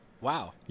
wow